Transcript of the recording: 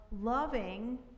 loving